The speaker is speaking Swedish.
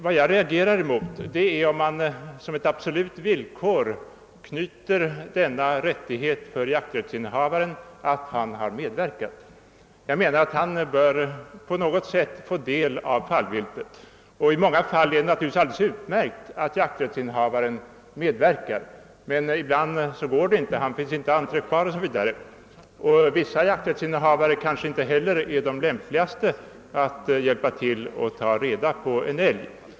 Vad jag reagerar emot är att man som absolut villkor knyter denna rättighet för jakträttsinnehavaren till att ha medverkat vid avlivandet av fallviltet. Han bör under alla förhållanden på något sätt få del av fallviltet. I många fall är det naturligtvis alldeles utmärkt att jakträttsinnehavaren medverkar, men ibland är han inte anträffbar eller kan av andra skäl inte delta. Vissa jakträttsinnehavare är kanske inte heller de lämpligaste att hjälpa till att ta reda på en älg.